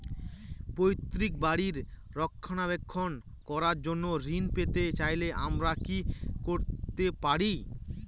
পৈত্রিক বাড়ির রক্ষণাবেক্ষণ করার জন্য ঋণ পেতে চাইলে আমায় কি কী করতে পারি?